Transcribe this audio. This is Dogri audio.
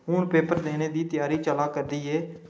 हून पेपर देने दी त्यारी चलै करदी ऐ